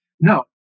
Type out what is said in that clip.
no